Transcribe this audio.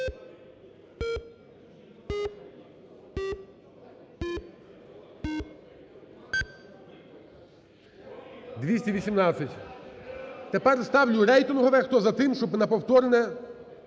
218. Тепер ставлю рейтингове, хто за тим, щоб на повторне